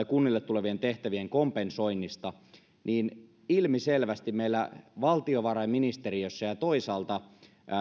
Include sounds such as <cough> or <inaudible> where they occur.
<unintelligible> kunnille tulevien tehtävien kompensoinnista niin ilmiselvästi meillä valtiovarainministeriössä ja toisaalta